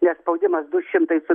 nes spaudimas du šimtai su